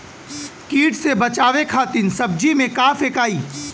कीट से बचावे खातिन सब्जी में का फेकाई?